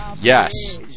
Yes